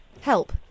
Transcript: Help